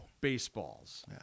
baseballs